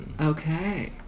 Okay